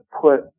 put